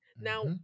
Now